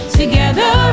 together